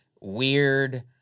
weird